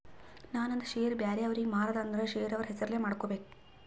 ನಾ ನಂದ್ ಶೇರ್ ಬ್ಯಾರೆ ಅವ್ರಿಗೆ ಮಾರ್ದ ಅಂದುರ್ ಶೇರ್ ಅವ್ರ ಹೆಸುರ್ಲೆ ಮಾಡ್ಕೋಬೇಕ್